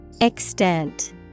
Extent